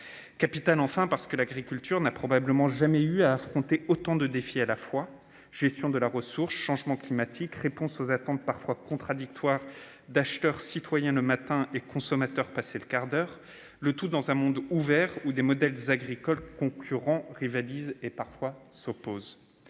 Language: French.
l'est aussi parce que l'agriculture n'a probablement jamais eu à affronter autant de défis à la fois : gestion de la ressource, changement climatique, réponses aux attentes parfois contradictoires d'acheteurs se comportant tantôt en citoyens, tantôt en simples consommateurs, le tout dans un monde ouvert, où des modèles agricoles concurrents rivalisent et parfois s'opposent.